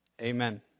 Amen